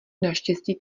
naštěstí